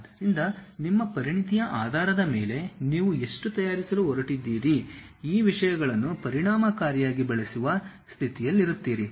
ಆದ್ದರಿಂದ ನಿಮ್ಮ ಪರಿಣತಿಯ ಆಧಾರದ ಮೇಲೆ ನೀವು ಎಷ್ಟು ತಯಾರಿಸಲು ಹೊರಟಿದ್ದೀರಿ ಈ ವಿಷಯಗಳನ್ನು ಪರಿಣಾಮಕಾರಿಯಾಗಿ ಬಳಸುವ ಸ್ಥಿತಿಯಲ್ಲಿರುತ್ತೀರಿ